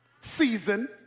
season